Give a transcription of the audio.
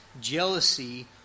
jealousy